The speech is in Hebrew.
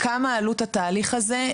כמה עלה התהליך הזה,